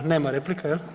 Nema replika jel?